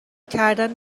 کردن